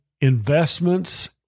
investments